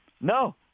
No